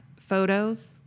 photos